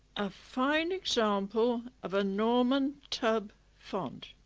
a fine example of a norman tub font